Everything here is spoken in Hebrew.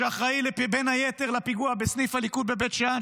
שאחראי בין היתר לפיגוע בסניף הליכוד בבית שאן,